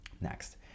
Next